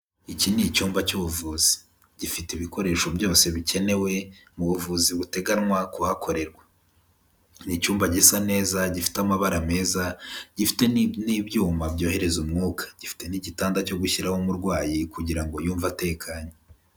Iki ni icyumba cy'ubuvuzi gifite ibikoresho byose bikenewe mu buvuzi buteganywa kuhakorerwa. Ni icyumba gisa neza gifite amabara meza, gifite n'ibyuma byohereza umwuka. Gifite n'igitanda cyo gushyiraho umurwayi kugira ngo yumve atekanye.